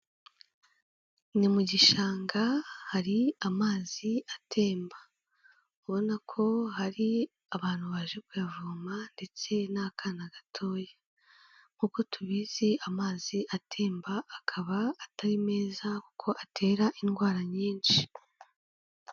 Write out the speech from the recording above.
Ni mu gishanga hari amazi atemba, ubona ko hari abantu baje kuyavoma ndetse n'akana gatoya; nkuko tubizi amazi atemba akaba atari meza, kuko atera indwara nyinshi.